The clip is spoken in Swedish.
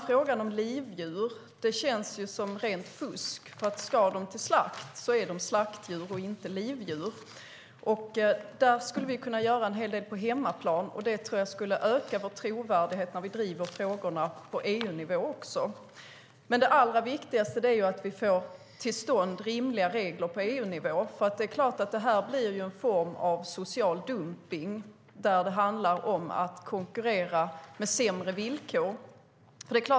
Frågan om livdjur känns som rent fusk. Om djuren ska till slakt är de slaktdjur, inte livdjur. Där skulle vi kunna göra en hel del på hemmaplan, vilket jag tror skulle öka vår trovärdighet också när vi driver frågorna på EU-nivå. Det allra viktigaste är att få till stånd rimliga regler på EU-nivå. Det här blir en form av social dumpning eftersom det handlar om att konkurrera med sämre villkor.